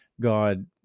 god